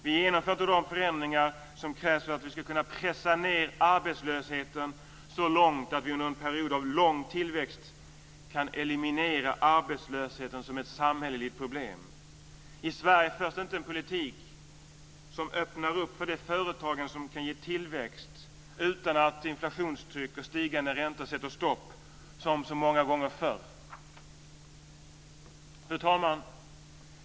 Vi genomför inte de förändringar som krävs för att vi ska kunna pressa ned arbetslösheten så långt att vi under en lång period av tillväxt kan eliminera arbetslösheten som ett samhälleligt problem. I Sverige förs inte en politik som öppnar för de företag som kan ge tillväxt utan att inflationstryck och stigande räntor sätter stopp, som så många gånger förr. Fru talman!